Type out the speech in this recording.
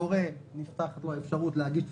להורה נפתחת אפשרות להגיש טפסים,